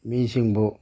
ꯃꯤꯁꯤꯡꯕꯨ